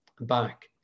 back